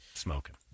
smoking